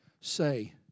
say